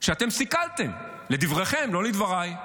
שאתם סיכלתם, לדבריכם, לא לדבריי.